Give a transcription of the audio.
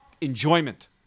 enjoyment